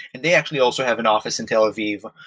and they actually also have an office in tel aviv.